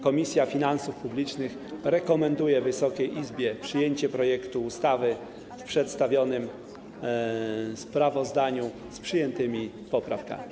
Komisja Finansów Publicznych rekomenduje Wysokiej Izbie przyjęcie projektu ustawy przedstawionego w sprawozdaniu z przyjętymi poprawkami.